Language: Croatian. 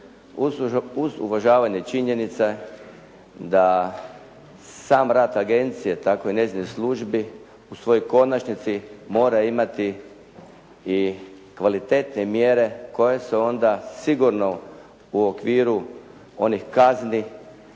uz uvažavanje činjenice da sam rad agencije tako i njezinih službi u svojoj konačnici mora imati i kvalitetne mjere koje se onda sigurno u okviru onih kaznenih